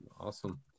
Awesome